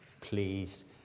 Please